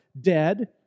dead